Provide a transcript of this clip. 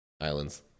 Islands